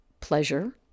pleasure